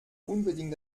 unbedingt